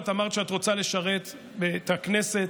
את אמרת שאת רוצה לשרת את הכנסת